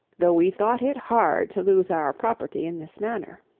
though we thought it hard to lose our property in this manner.